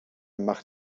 machte